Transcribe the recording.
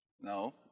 No